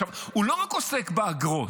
עכשיו, הוא לא רק עוסק באגרות.